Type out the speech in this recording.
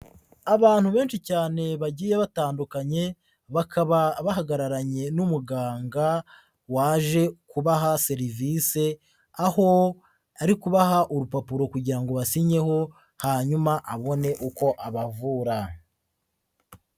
Abantu benshi cyane bagiye batandukanye bakaba bahagararanye n'umuganga waje kubaha serivise, aho ari kubaha urupapuro kugira ngo basinyeho hanyuma abone uko abavura.